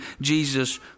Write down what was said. Jesus